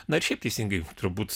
na ir šiaip teisingai turbūt